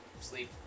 sleep